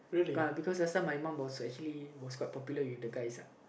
ya because last time my mum was actually was quite popular with the guys uh